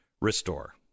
restore